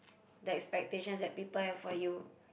that expectations that people have for you